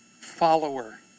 follower